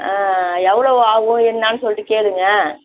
ஆ எவ்வளோ ஆகும் என்னான்னு சொல்லிட்டு கேளுங்க